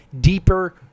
deeper